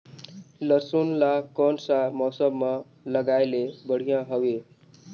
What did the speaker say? लसुन ला कोन सा मौसम मां लगाय ले बढ़िया हवे?